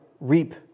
reap